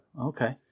Okay